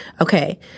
Okay